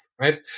right